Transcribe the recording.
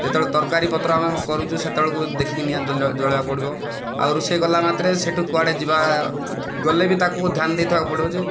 ଯେତେବେଳେ ତରକାରୀ ପତ୍ର ଆମେ କରୁଛୁ ସେତେବେଳକୁ ଦେଖିକି ନିଆଁ ଜଳାଇବାକୁ ପଡ଼ିବ ଆଉ ରୋଷେଇ କଲା ମାତ୍ରେ ସେ'ଠୁ କୁଆଡ଼େ ଯିବା ଗଲେ ବି ତାକୁ ଧ୍ୟାନ ଦେଇଥିବାକୁ ପଡ଼ିବ ଯେ